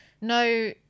no